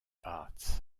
arts